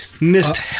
missed